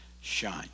shine